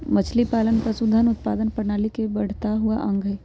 मछलीपालन पशुधन उत्पादन प्रणाली के बढ़ता हुआ अंग हई